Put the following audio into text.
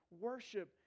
worship